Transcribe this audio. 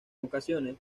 ocasiones